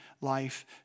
life